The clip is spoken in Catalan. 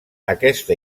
aquesta